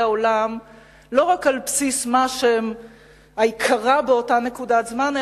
העולם לא רק על בסיס מה שקרה באותה נקודת זמן,